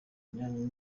myanya